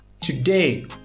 Today